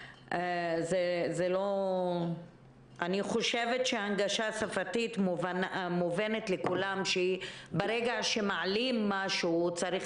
אני חושבת שהנגשה שפתית מובנת לכולם ברגע שמעלים משהו זה צריך